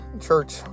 church